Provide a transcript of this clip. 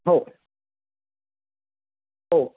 हो हो